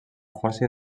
força